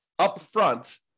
upfront